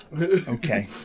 okay